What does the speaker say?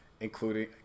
including